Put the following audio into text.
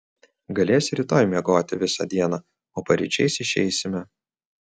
galėsi rytoj miegoti visą dieną o paryčiais išeisime